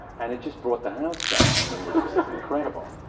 and it just bought the house down. i mean, it was just just and incredible.